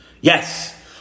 Yes